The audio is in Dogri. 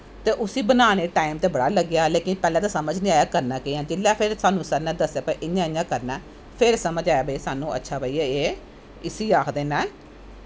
ते उसी बनानें गी टाईम ते बड़ा लग्गेआ पैह्लैं पैह्लैं ते समझ नी आया कि करनां केह् ऐ जिसलै साह्नू सर नै दस्सेआ कि इयां करनां ऐ फिर समझ आया भाई अच्छा साह्नू एह् इसी आखदे नै